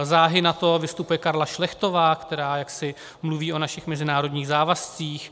Záhy nato vystupuje Karla Šlechtová, která jaksi mluví o našich mezinárodních závazcích.